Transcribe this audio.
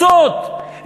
רוצות,